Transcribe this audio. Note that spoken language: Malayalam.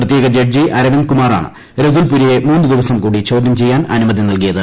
പ്രത്യേക ജഡ്ജി അരവിന്ദ് കുമാറാണ് ര്തുൽ പുരിയെ മൂന്നു ദിവസം കൂടി ചോദ്യം ചെയ്യാൻ അനുമതി നൽകിയത്